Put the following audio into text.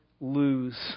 lose